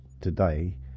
today